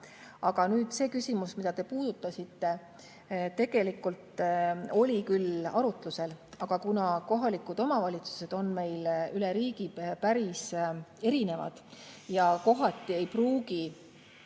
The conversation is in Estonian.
vaadata. See küsimus, mida te puudutasite, tegelikult oli küll arutlusel. Aga kuna kohalikud omavalitsused on meil üle riigi päris erinevad ja kohati ei pruugi